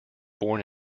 born